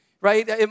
right